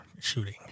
shooting